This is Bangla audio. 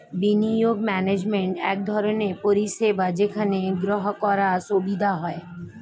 বিনিয়োগ ম্যানেজমেন্ট এক ধরনের পরিষেবা যেখানে গ্রাহকরা সুবিধা পায়